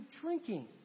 drinking